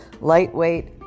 lightweight